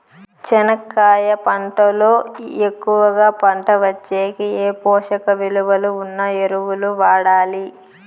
చెనక్కాయ పంట లో ఎక్కువగా పంట వచ్చేకి ఏ పోషక విలువలు ఉన్న ఎరువులు వాడాలి?